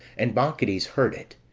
and bacchides heard it,